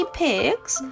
pigs